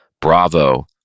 Bravo